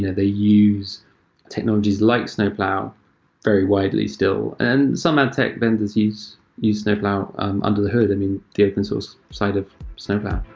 they used technologies like snowplow very widely still. and some adtech vendors used used snowplow um under the hood, i mean the open source side of snowplow.